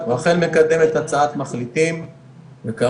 וגם